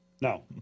no